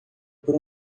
por